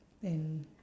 and